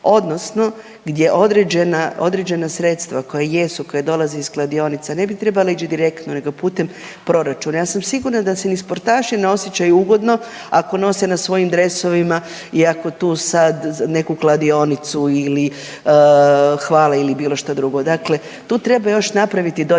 određena, određena sredstva koja jesu, koja dolaze iz kladionica ne bi trebala ići direktno nego putem proračuna. Ja sam sigurna da se ni sportaši ne osjećaju ugodno ako nose na svojim dresovima i ako tu sad neku kladionicu ili hvale ili bilo šta drugo, dakle tu treba još napraviti dodatan